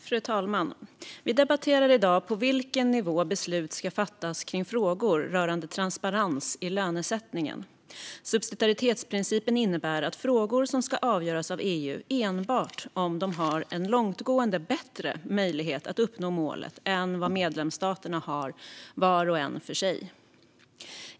Fru talman! Vi debatterar i dag på vilken nivå beslut ska fattas kring frågor rörande transparens i lönesättningen. Subsidiaritetsprincipen innebär att frågor ska avgöras av EU enbart om EU har en långtgående bättre möjlighet att uppnå målet än vad medlemsstaterna har var och en för sig.